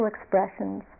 expressions